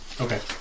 Okay